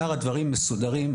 שאר הדברים מסודרים,